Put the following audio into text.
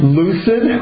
lucid